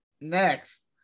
Next